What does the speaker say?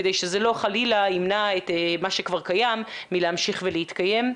כדי שזה לא חלילה ימנע את מה שכבר קיים מלהמשיך ולהתקיים.